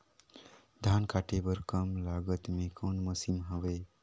धान काटे बर कम लागत मे कौन मशीन हवय?